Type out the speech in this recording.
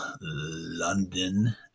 London